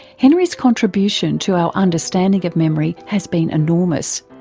henry's contribution to our understanding of memory has been enormous,